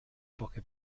poche